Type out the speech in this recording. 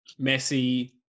Messi